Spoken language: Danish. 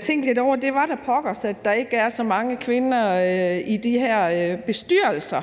tænkt lidt over, at det da var pokkers, at der ikke er så mange kvinder i de her bestyrelser.